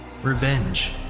revenge